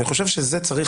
אני חושב שזה צריך